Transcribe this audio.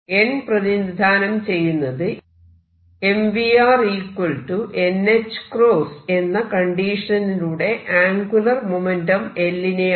n പ്രതിനിധാനം ചെയ്യുന്നത് mvr nħ എന്ന കണ്ടീഷണലിലൂടെ ആംഗുലർ മൊമെന്റം L നെയാണ്